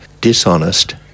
dishonest